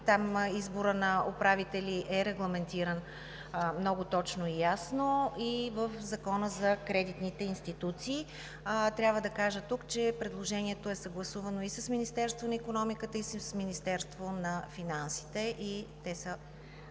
Там изборът на управители е регламентиран много точно и ясно, и в Закона за кредитните институции. Тук трябва да кажа, че предложението е съгласувано и с Министерството на икономиката, и с Министерството на финансите. Те са